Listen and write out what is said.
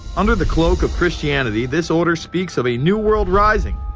under the cloak of christianity, this order speaks of a new world rising,